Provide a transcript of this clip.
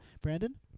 Brandon